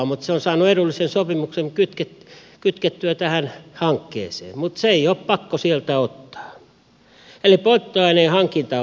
se on saanut edullisen sopimuksen kytkettyä tähän hankkeeseen mutta sitä ei ole pakko sieltä ottaa eli polttoaineen hankinta on vapaata